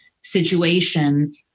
situation